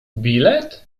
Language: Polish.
bilet